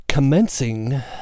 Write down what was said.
commencing